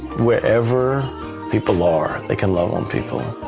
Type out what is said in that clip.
wherever people are, they can love on people.